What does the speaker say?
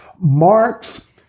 Marx